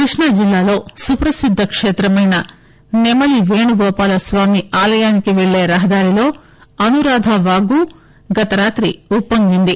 కృష్ణా జిల్లాలో సుప్రసిద్ద కేత్రమైన నెమలి పేణుగోపాల స్వామి ఆలయానికి వెల్లే రహదారిలో అనురాధ వాగు గత రాత్రి ఉప్పోగింది